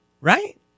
Right